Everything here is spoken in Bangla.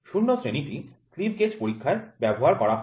০ শ্রেণীটি স্লিপ গেজ পরীক্ষায় ব্যবহার করা হয়